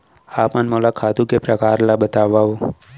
आप मन मोला खातू के प्रकार ल बतावव?